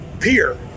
Pier